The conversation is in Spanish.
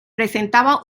presentaba